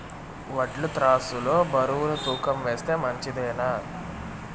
వడ్లు త్రాసు లో బరువును తూకం వేస్తే మంచిదేనా?